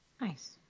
Nice